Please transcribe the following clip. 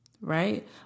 right